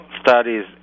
studies